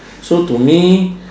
so to me